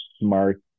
smart